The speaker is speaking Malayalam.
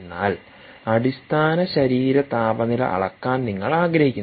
എന്നാൽ അടിസ്ഥാന ശരീര താപനില അളക്കാൻ നിങ്ങൾ ആഗ്രഹിക്കുന്നില്ല